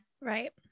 Right